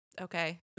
okay